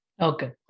Okay